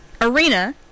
arena